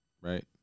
right